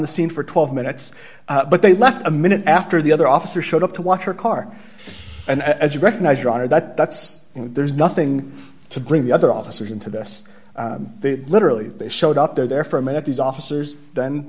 the scene for twelve minutes but they left a minute after the other officer showed up to watch her car and as you recognize your honor that there's nothing to bring the other officers into this they literally they showed up there for a minute these officers th